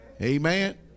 Amen